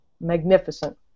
magnificent